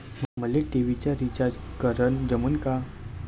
मले टी.व्ही चा रिचार्ज करन जमन का?